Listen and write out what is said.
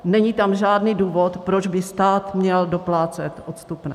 Není tam žádný důvod, proč by stát měl doplácet odstupné.